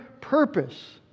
purpose